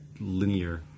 linear